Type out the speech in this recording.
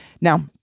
Now